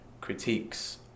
critiques